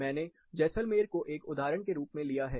मैंने जैसलमेर को एक उदाहरण के रूप में लिया है